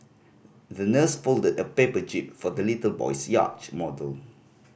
the nurse folded a paper jib for the little boy's yacht model